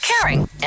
caring